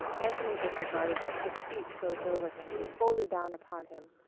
anthony disregarded it, as sleep closed over him, folded down upon him,